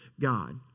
God